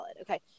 Okay